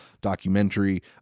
documentary